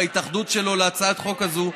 בהתאחדות שלו להצעת החוק הזאת,